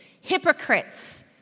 Hypocrites